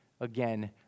again